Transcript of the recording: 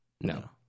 no